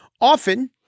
Often